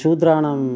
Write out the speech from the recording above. शूद्राणां